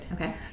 Okay